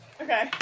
Okay